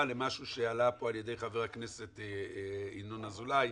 למשהו שעלה פה על ידי חבר הכנסת ינון אזולאי,